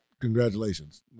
congratulations